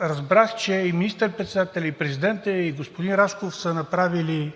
Разбрах, че и министър-председателят, и президентът, и господин Рашков са направили